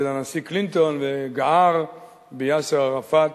של הנשיא קלינטון, וגער ביאסר ערפאת,